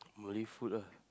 Malay food ah